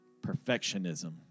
perfectionism